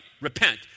repent